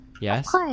Yes